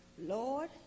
Lord